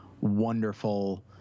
wonderful